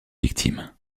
victime